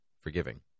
forgiving